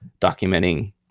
documenting